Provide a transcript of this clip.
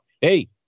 Hey